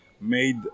made